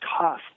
tough